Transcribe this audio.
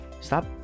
Stop